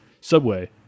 subway